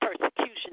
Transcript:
persecution